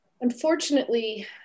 unfortunately